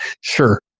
sure